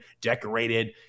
decorated